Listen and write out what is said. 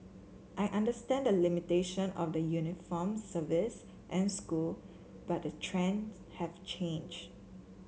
I understand the limitation of the uniformed service and school but the trends have changed